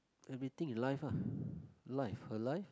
everything in life ah life her life